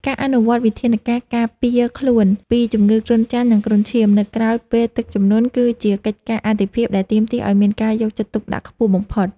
ការអនុវត្តវិធានការការពារខ្លួនពីជំងឺគ្រុនចាញ់ និងគ្រុនឈាមនៅក្រោយពេលទឹកជំនន់ គឺជាកិច្ចការអាទិភាពដែលទាមទារឱ្យមានការយកចិត្តទុកដាក់ខ្ពស់បំផុត។